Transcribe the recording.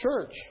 church